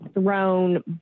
thrown